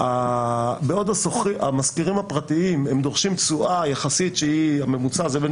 בעוד המשכירים הפרטיים דורשים תשואה שהיא בממוצע שנתי בין